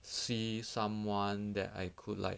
see someone that I could like